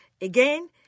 again